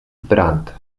brant